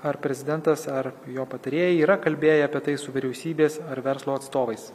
ar prezidentas ar jo patarėjai yra kalbėję apie tai su vyriausybės ar verslo atstovais